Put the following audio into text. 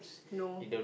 no